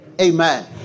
Amen